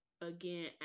again